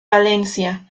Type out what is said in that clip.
valencia